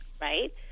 Right